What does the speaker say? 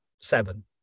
seven